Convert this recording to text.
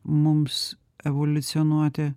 mums evoliucionuoti